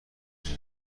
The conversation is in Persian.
کجا